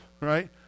right